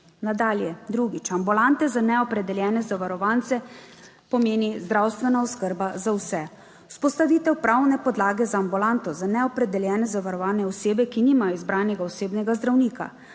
Nadalje, drugič, ambulante za neopredeljene zavarovance pomeni zdravstvena oskrba za vse, vzpostavitev pravne podlage za ambulanto za neopredeljene zavarovane osebe, ki nimajo izbranega osebnega zdravnika.